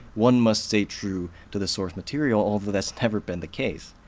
one must stay true to the source material, although that's never been the case.